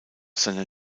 seiner